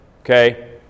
okay